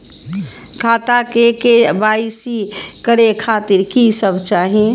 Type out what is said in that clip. खाता के के.वाई.सी करे खातिर की सब चाही?